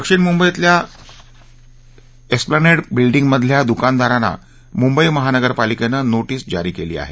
दक्षिण मुंबईतल्या Esplanade building मधल्या दुकानदारांना मुंबई महानगरपालिकेनं नोटीस जारी केली आहे